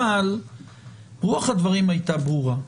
אבל רוח הדברים הייתה ברורה.